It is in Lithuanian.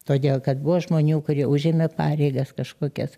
todėl kad buvo žmonių kurie užėmė pareigas kažkokias